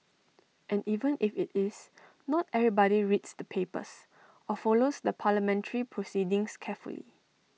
and even if IT is not everybody reads the papers or follows the parliamentary proceedings carefully